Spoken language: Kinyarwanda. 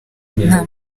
nta